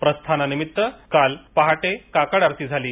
प्रस्थानानिमित्त आज पहाटे काकड आरती झाली